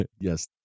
Yes